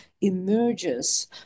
emerges